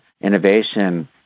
innovation